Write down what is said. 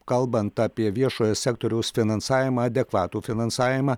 kalbant apie viešojo sektoriaus finansavimą adekvatų finansavimą